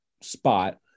spot